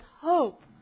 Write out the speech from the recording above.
hope